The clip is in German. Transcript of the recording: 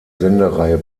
sendereihe